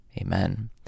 Amen